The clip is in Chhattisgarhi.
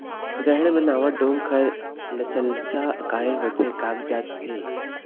रहेड़ म नावा डोंक हर लसलसा काहे होथे कागजात हे?